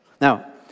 Now